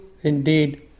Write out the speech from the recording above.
indeed